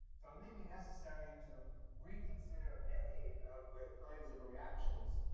so, it may be necessary to reconsider many of the kinds of reactions,